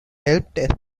helped